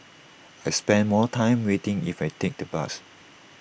I'll spend more time waiting if I take the bus